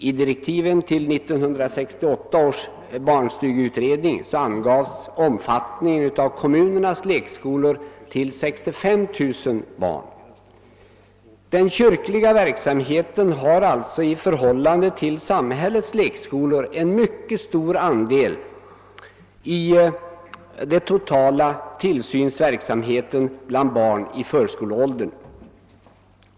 I direktiven till 1968 års barnstugeutredning angavs omfattningen av kommunernas lekskolor till 65 000 barn. Den kyrkliga verksamheten har alltså i förhållande till samhällets lekskolor en mycket stor andel i den totala tillsynsverksamheten bland barn i förskoleåldern.